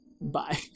Bye